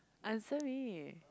answer me